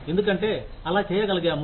ఎందుకంటే అలా చేయగలిగాము